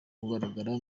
kugaragara